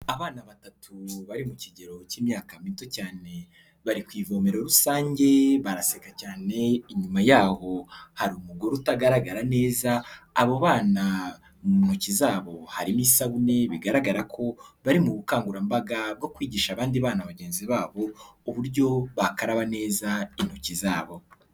Abana batatu bari mu kigero cy'imyaka mito cyane bari ku ivomero rusange baraseka cyane, inyuma yaho hari umugore utagaragara neza, abo bana mu ntoki zabo harimo isabune bigaragara ko bari mu bukangurambaga bwo kwigisha abandi bana bagenzi babo uburyo bakaraba neza intoki zabo.